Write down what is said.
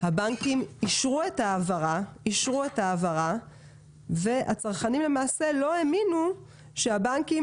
הבנקים אישרו את ההעברה והצרכנים למעשה לא האמינו שהבנקים